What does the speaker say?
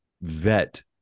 vet